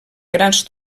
grans